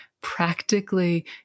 practically